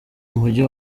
umujyi